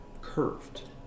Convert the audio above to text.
curved